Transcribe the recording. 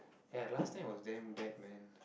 ya last time was damn bad man